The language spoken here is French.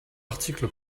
article